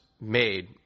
made